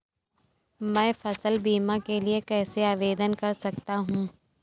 मैं फसल बीमा के लिए कैसे आवेदन कर सकता हूँ?